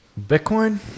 Bitcoin